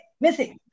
Missing